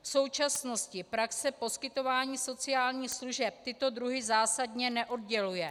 V současnosti praxe poskytování sociálních služeb tyto druhy zásadně neodděluje.